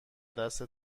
دست